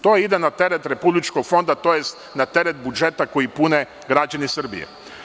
To ide na teret Republičkog fonda tj. na teret budžeta koji pune građani Srbije.